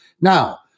Now